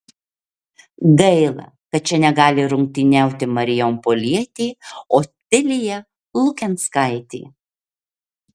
gaila kad čia negali rungtyniauti marijampolietė otilija lukenskaitė